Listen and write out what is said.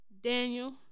Daniel